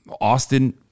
Austin